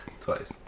Twice